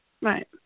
Right